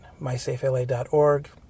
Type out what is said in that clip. mysafela.org